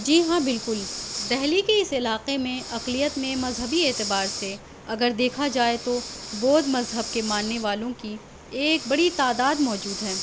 جی ہاں بالکل دہلی کے اس علاقے میں اقلیت میں مذہبی اعتبار سے اگر دیکھا جائے تو بودھ مذہب کے ماننے والوں کی ایک بڑی تعداد موجود ہے